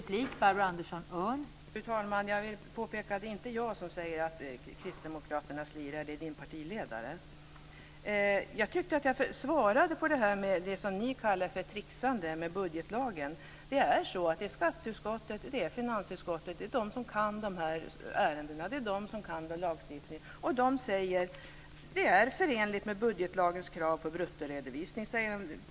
Fru talman! Jag vill påpeka att det inte är jag som säger att kristdemokraterna slirar, utan det är er partiledare. Jag tyckte att jag svarade på detta med det som ni kallar för tricksande med budgetlagen. Det är så att det är skatteutskottet och finansutskottet som kan den här lagstiftningen, och de säger på s. 31 i betänkandet att det är förenligt med budgetlagens krav på bruttoredovisning.